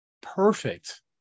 perfect